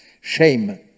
Shame